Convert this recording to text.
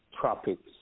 Tropics